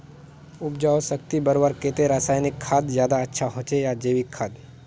उपजाऊ शक्ति बढ़वार केते रासायनिक खाद ज्यादा अच्छा होचे या जैविक खाद?